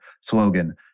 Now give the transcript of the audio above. slogan